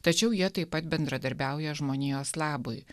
tačiau jie taip pat bendradarbiauja žmonijos labui